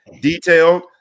detailed